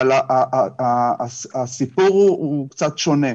אבל הסיפור הוא קצת שונה.